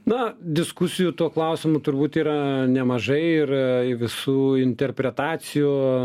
na diskusijų tuo klausimu turbūt yra nemažai ir visų interpretacijų